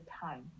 time